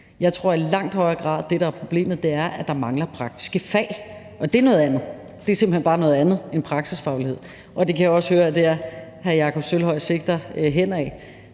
Jeg tror i langt højere grad, at det, der er problemet, er, at der mangler praktiske fag, og det er noget andet. Det er simpelt hen bare noget andet end praksisfaglighed, og jeg kan også høre, at det er det, hr. Jakob Sølvhøj sigter til.